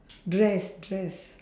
dress dress